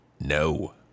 No